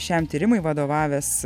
šiam tyrimui vadovavęs